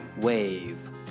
wave